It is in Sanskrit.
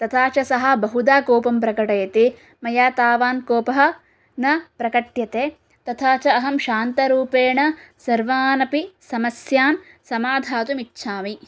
तथा च सः बहुधा कोपं प्रकटयति मया तावन् कोपः न प्रकट्यते तथा च अहं शान्तरूपेण सर्वानपि समस्यान् समाधातुम् इच्छामि